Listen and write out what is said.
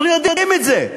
אנחנו יודעים את זה.